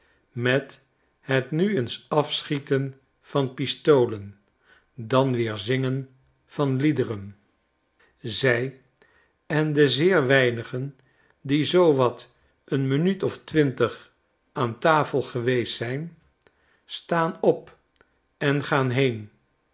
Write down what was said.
met het nu eens afschieten van pistolen dan weer zingen van liederen zij en de zeer weinigen die zoo wat een minuut of twintig aan tafel geweest zijn staan op en gaan heen